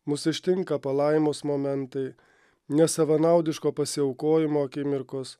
mus ištinka palaimos momentai nesavanaudiško pasiaukojimo akimirkos